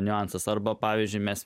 niuansus arba pavyzdžiui mes